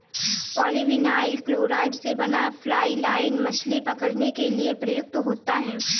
polyvinyl chloride से बना fly line मछली पकड़ने के लिए प्रयुक्त होता है